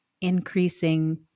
increasing